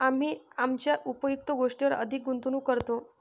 आम्ही आमच्या उपयुक्त गोष्टींवर अधिक गुंतवणूक करतो